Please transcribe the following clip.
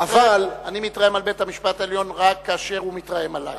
אני מתרעם על בית-המשפט העליון רק כאשר הוא מתרעם עלי.